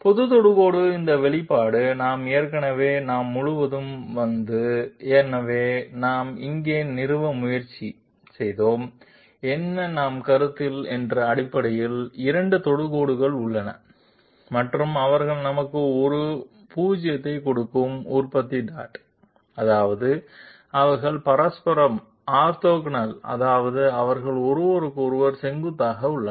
பொது தொடுகோடு இந்த வெளிப்பாடு நாம் ஏற்கனவே நாம் முழுவதும் வந்து எனவே நாம் இங்கே நிறுவ முயற்சி என்ன நாம் கருத்தில் என்று அடிப்படையில் இரண்டு தொடுகோடுகள் உள்ளன மற்றும் அவர்கள் நமக்கு ஒரு 0 கொடுக்க உற்பத்தி டாட் அதாவது அவர்கள் பரஸ்பரம் ஆர்த்தோகனல் அதாவது அவர்கள் ஒருவருக்கொருவர் செங்குத்தாக உள்ளன